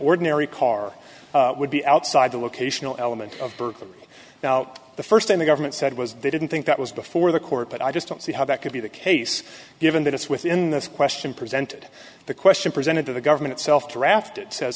ordinary car would be outside the locational element of burglary now the first thing the government said was they didn't think that was before the court but i just don't see how that could be the case given that it's within this question presented the question presented to the government itself drafted says